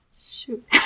Shoot